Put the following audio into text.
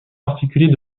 particulier